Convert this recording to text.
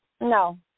No